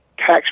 tax